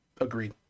agreed